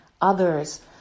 others